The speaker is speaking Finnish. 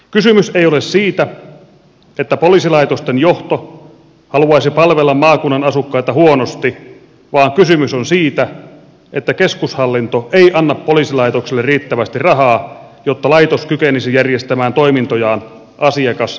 kysymys ei ole siitä että poliisilaitosten johto haluaisi palvella maakunnan asukkaita huonosti vaan kysymys on siitä että keskushallinto ei anna poliisilaitokselle riittävästi rahaa jotta laitos kykenisi järjestämään toimintojaan asiakasmyönteisemmin